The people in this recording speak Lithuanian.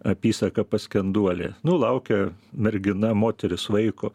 apysaką paskenduolė nu laukia mergina moteris vaiko